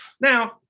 Now